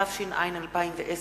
התש"ע 2010,